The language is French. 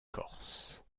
corse